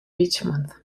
richmond